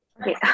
Okay